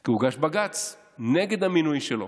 כי הוגש בג"ץ נגד המינוי שלו.